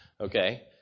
Okay